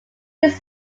this